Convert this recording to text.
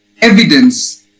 evidence